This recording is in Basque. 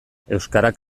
euskarak